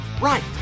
right